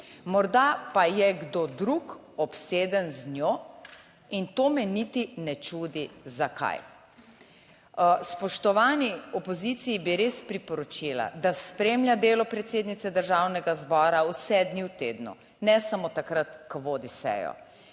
Morda pa je kdo drug obseden z njo in to me niti ne čudi zakaj. Spoštovani opoziciji bi res priporočila, da spremlja delo predsednice Državnega zbora vse dni v tednu, ne samo takrat, ko vodi sejo.